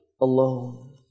alone